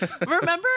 Remember